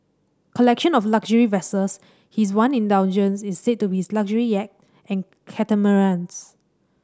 collection of luxury vessels His one indulgence is said to be his luxury yacht and catamarans